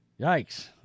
Yikes